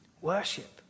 worship